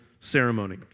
ceremony